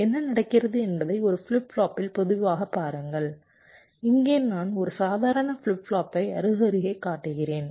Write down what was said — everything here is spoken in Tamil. என்ன நடக்கிறது என்பதை ஒரு ஃபிளிப் ஃப்ளாப்பில் பொதுவாகப் பாருங்கள் இங்கே நான் ஒரு சாதாரண ஃபிளிப் ஃப்ளாப்பை அருகருகே காட்டுகிறேன்